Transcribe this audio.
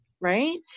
right